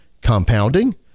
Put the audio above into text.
compounding